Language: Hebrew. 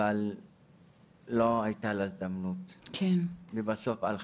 אבל לא הייתה לה הזדמנות ובסוף היא הלכה.